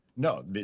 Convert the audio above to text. No